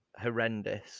horrendous